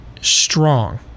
strong